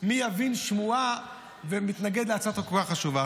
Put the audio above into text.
"מי יבין שמועה" ומתנגד להצעת חוק כל כך חשובה.